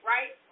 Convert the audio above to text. Right